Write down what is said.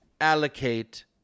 allocate